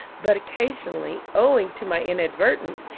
but occasionally, owing to my inadvertence,